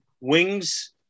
Wings